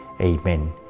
Amen